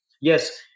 Yes